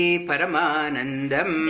Paramanandam